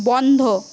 বন্ধ